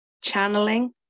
channeling